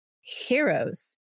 heroes